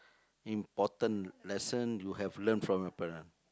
important lesson you have learnt from your parent